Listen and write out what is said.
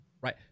Right